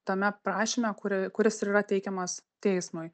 tame prašyme kuri kuris ir yra teikiamas teismui